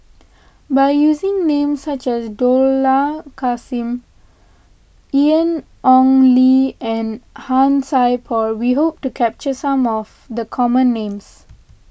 by using names such as Dollah Kassim Ian Ong Li and Han Sai Por we hope to capture some of the common names